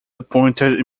appointed